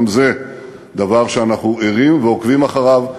גם זה דבר שאנחנו ערים ועוקבים אחריו,